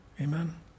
Amen